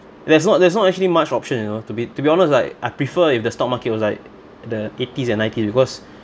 there's not there's not actually much option you know to be to be honest like I prefer if the stock market was like the eighties and nineties because